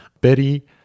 Betty